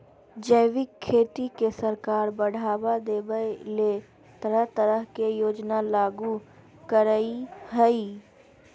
जैविक खेती के सरकार बढ़ाबा देबय ले तरह तरह के योजना लागू करई हई